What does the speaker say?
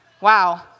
Wow